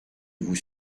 vous